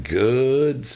good